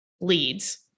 leads